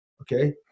Okay